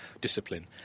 discipline